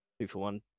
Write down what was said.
two-for-one